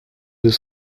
deux